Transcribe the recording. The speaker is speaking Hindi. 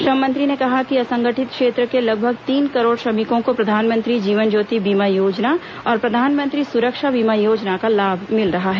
श्रम मंत्री ने कहा कि असंगठित क्षेत्र के लगभग तीन करोड़ श्रमिकों को प्रधानमंत्री जीवन ज्योति बीमा योजना और प्रधानमंत्री सुरक्षा बीमा योजना का लाभ मिल रहा है